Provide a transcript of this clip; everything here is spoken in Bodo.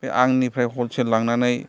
बे आंनिफ्राय हलसेल लांनानै